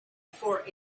for